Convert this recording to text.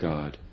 God